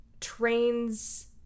trains